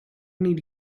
need